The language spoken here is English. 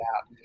out